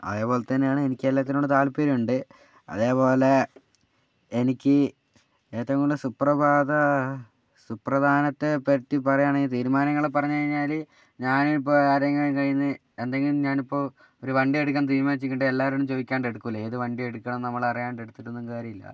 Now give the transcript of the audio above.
അതുപോലെ തന്നെയാണ് എനിക്കെല്ലാത്തിനോടും താൽപര്യമുണ്ട് അതേപോലെ എനിക്ക് ഏറ്റവും കൂടുതൽ സുപ്രഭാത സുപ്രധാനത്തെപ്പറ്റി പറയുകയാണെങ്കിൽ തീരുമാനങ്ങളെ പറഞ്ഞു കഴിഞ്ഞാൽ ഞാനിപ്പം ആരെയെങ്കിലും കയ്യിന്ന് എന്തെങ്കിലും ഞാനിപ്പോൾ ഒരു വണ്ടി എടുക്കാൻ തീരുമാനിച്ചിട്ട് എല്ലാവരോടും ചോദിക്കാണ്ടെടുക്കില്ല ഏതു വണ്ടി എടുക്കണം നമ്മളറിയാണ്ട് എടുത്തിട്ടൊന്നും കാര്യമില്ല